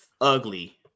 ugly